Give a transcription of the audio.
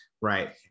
right